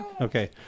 okay